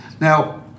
Now